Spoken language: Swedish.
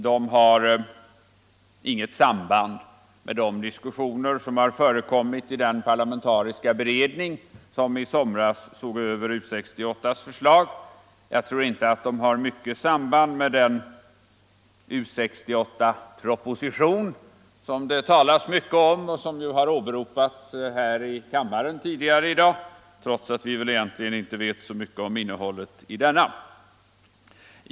De har inget samband med de diskussioner som har förekommit i den parlamentariska beredning som i somras såg över U 68:s förslag. Jag tror inte att de har mycket samband med den U 68-proposition som det talas mycket om och som har åberopats här i kammaren tidigare i dag trots att vi väl egentligen inte vet mycket om innehållet i den.